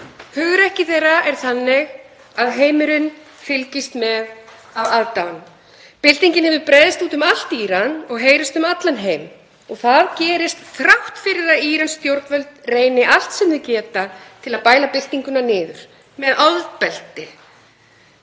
Hugrekki þeirra er þannig að heimurinn fylgist með af aðdáun. Byltingin hefur breiðst út um allt í Íran og heyrist um allan heim og það gerist þrátt fyrir að írönsk stjórnvöld reyni allt sem þau geta til að bæla byltinguna niður með ofbeldi,